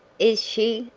is she?